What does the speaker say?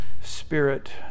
spirit